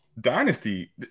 Dynasty